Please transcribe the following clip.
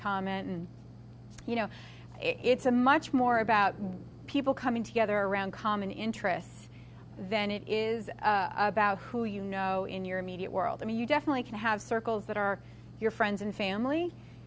you know it's a much more about people coming together around common interests than it is about who you know in your immediate world i mean you definitely can have circles that are your friends and family